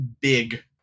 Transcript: big